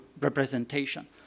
representation